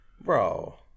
bro